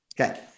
Okay